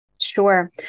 Sure